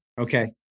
Okay